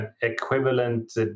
equivalent